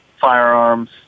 firearms